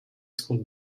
school